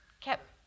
kept